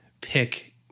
pick